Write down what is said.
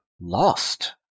lost